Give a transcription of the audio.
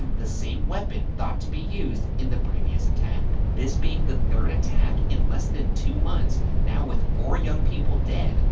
the same weapon thought to be used in the previous attack. this being the third attack in less than two months, now with four young people dead,